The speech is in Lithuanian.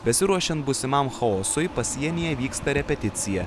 besiruošiant būsimam chaosui pasienyje vyksta repeticija